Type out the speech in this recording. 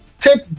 take